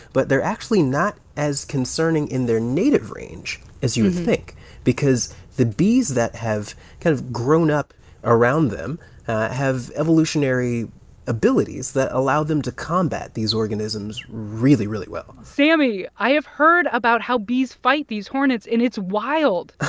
but they're actually not as concerning in their native range as you would think because the bees that have kind of grown up around them have evolutionary abilities that allow them to combat these organisms really, really well sammy, i have heard about how bees fight these hornets, and its wild